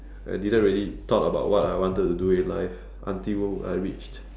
I didn't really thought about what I wanted to do in life until I reached